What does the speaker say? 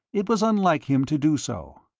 it was unlike him to do so.